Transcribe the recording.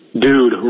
Dude